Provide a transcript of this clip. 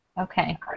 Okay